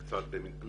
במקורות.